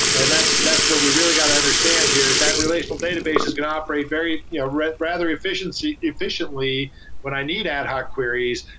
and that's that's what we really got to understand here, is that relational database is going to operate very yeah rather efficiently efficiently when i need ad hoc queries,